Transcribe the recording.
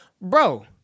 bro